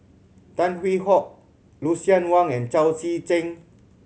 Tan Hwee Hock Lucien Wang and Chao Tzee Cheng